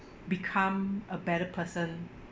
become a better person